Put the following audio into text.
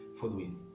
following